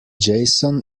jason